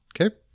Okay